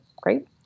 Great